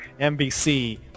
NBC